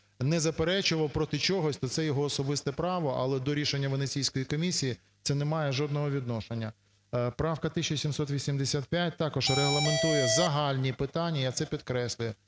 не заперечував проти чогось, то це є особисте право, але до рішення Венеціанської комісії це не немає жодного відношення. Правка 1785 також регламентує загальні питання, я це підкреслюю,